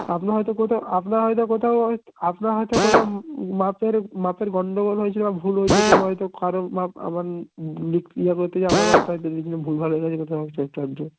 আপনার হয়তো কোথাও আপনার হয়তো কোথাও আপনার হয়তো কোথাও মাপের মাপের গন্ডগোল হয়েছে বা ভুল হয়েছে কোনো হয়তো কারোর মাপ আমার ইয়ে ইয়ের হয়তো আমার মাপটা দিয়ে দিয়েছেন ভুল ভাল হয়ে গেছে সেটা জন্য হয়তো হয়েছে